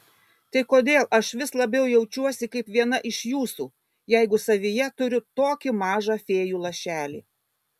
tai kodėl aš vis labiau jaučiuosi kaip viena iš jūsų jeigu savyje turiu tokį mažą fėjų lašelį